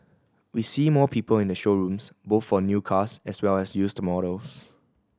we see more people in the showrooms both for new cars as well as used models